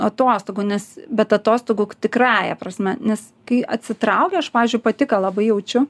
atostogų nes bet atostogų tikrąja prasme nes kai atsitrauki aš pavyzdžiui pati ką labai jaučiu